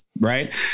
right